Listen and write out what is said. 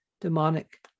demonic